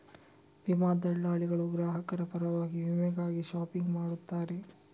ವಿಮಾ ದಲ್ಲಾಳಿಗಳು ಗ್ರಾಹಕರ ಪರವಾಗಿ ವಿಮೆಗಾಗಿ ಶಾಪಿಂಗ್ ಮಾಡುತ್ತಾರೆ